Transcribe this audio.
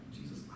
Jesus